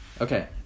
Okay